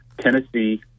Tennessee